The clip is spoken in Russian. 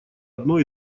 одно